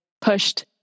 pushed